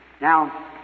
Now